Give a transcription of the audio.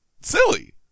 silly